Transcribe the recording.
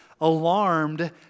alarmed